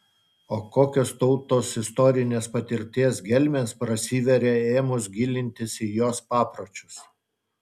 o kokios tautos istorinės patirties gelmės prasiveria ėmus gilintis į jos papročius